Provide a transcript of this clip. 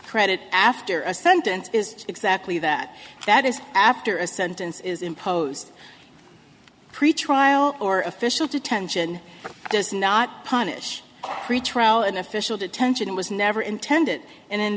credit after a sentence is exactly that that is after a sentence is imposed pre trial or official detention does not punish pretrial in official detention it was never intended and